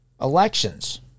elections